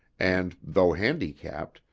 and though handicapped,